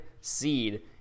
seed